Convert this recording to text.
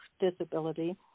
disability